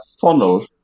funnel